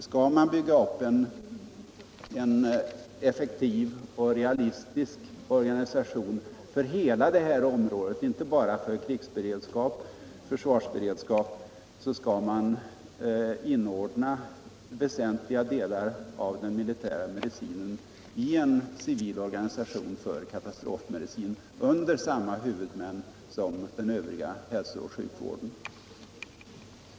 Skall man bygga upp en effektiv och realistisk organisation för hela detta område — inte bara för försvarsberedskap — skall man inordna väsentliga delar av den militära medicinen i en civil organisation för ka tastrofmedicin under samma huvudmän som den övriga hälsooch sjukvården, dvs. under landstingen.